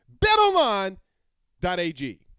BetOnline.ag